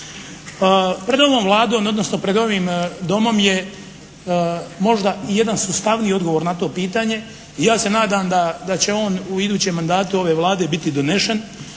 Pred ovom Vladom, odnosno pred ovim Domom je možda i jedan sustavniji odgovor na to pitanje i ja se nadam da će on u idućem mandatu ove Vlade biti donesen,